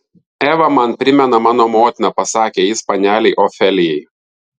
eva man primena mano motiną pasakė jis panelei ofelijai